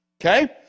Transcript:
okay